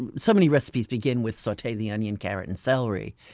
and so many recipes begin with saute the onion, carrot and celery.